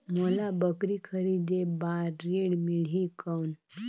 मोला बकरी खरीदे बार ऋण मिलही कौन?